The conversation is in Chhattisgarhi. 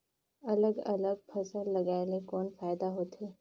अलग अलग फसल लगाय ले कौन फायदा होथे?